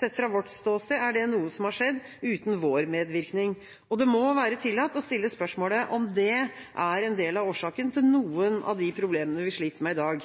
Sett fra vårt ståsted er det noe som har skjedd uten vår medvirkning. Det må være tillatt å stille spørsmålet om det er en del av årsaken til noen av de problemene vi sliter med i dag.